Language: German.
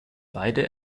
beide